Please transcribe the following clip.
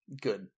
good